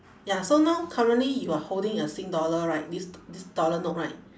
ya so now currently you are holding a sing dollar right this this dollar note right